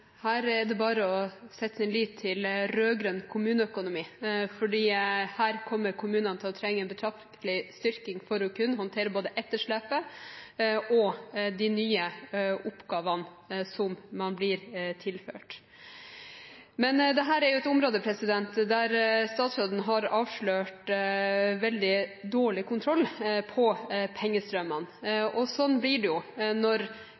Her er det bare å sette sin lit til rød-grønn kommuneøkonomi, for kommunene kommer til å trenge betraktelig styrking for å kunne håndtere både etterslepet og de nye oppgavene som man blir tilført. Dette er et område der statsråden har avslørt veldig dårlig kontroll med pengestrømmene. Og sånn blir det jo når